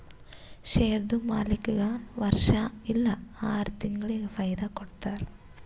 ಶೇರ್ದು ಮಾಲೀಕ್ಗಾ ವರ್ಷಾ ಇಲ್ಲಾ ಆರ ತಿಂಗುಳಿಗ ಫೈದಾ ಕೊಡ್ತಾರ್